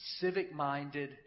civic-minded